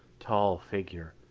tall figure,